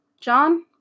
John